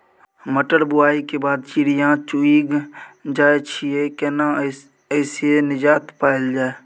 मटर बुआई के बाद चिड़िया चुइग जाय छियै केना ऐसे निजात पायल जाय?